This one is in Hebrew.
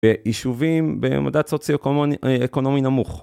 ביישובים במדד סוציו-אקונומי נמוך